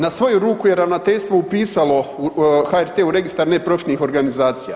Na svoju ruku je ravnateljstvo upisalo HRT u registar neprofitnih organizacija.